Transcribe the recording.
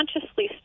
consciously